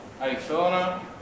Arizona